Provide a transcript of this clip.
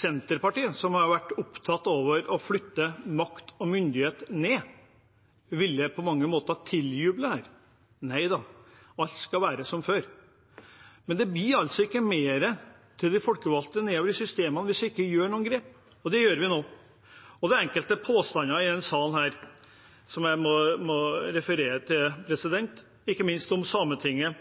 Senterpartiet, som har vært opptatt av å flytte makt og myndighet ned, på mange måter ville tiljuble dette. Nei da – alt skal være som før. Men det blir ikke mer til de folkevalgte nedover i systemene hvis vi ikke tar noen grep, og det gjør vi nå. Det er enkelte påstander i denne salen som jeg må referere til – ikke minst om Sametinget,